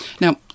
Now